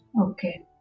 Okay